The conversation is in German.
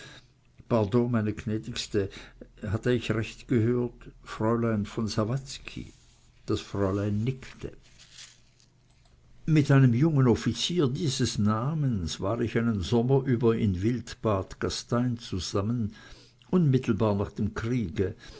meine gnädigste hatt ich recht gehört fräulein von sawatzki das fräulein nickte mit einem jungen offizier dieses namens war ich einen sommer über in wildbad gastein zusammen unmittelbar nach dem kriege